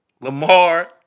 Lamar